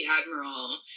admiral